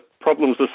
problems